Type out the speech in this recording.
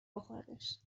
بخوردش